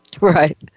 right